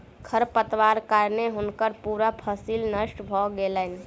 खरपातक कारणें हुनकर पूरा फसिल नष्ट भ गेलैन